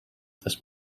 this